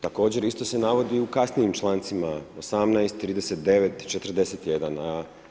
Također, isto se navodi u kasnijim člancima 18., 39., 41.